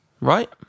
Right